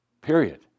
period